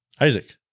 Isaac